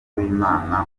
w’imana